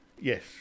Yes